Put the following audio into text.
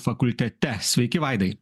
fakultete sveiki vaidai